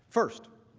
first,